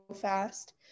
fast